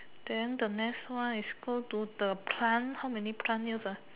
then the next one is go to the plant how many plant near the